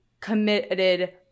committed